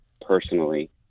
personally